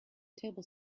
table